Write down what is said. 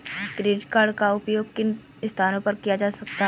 Credit card का उपयोग किन स्थानों पर किया जा सकता है?